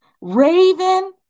Raven